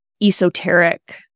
esoteric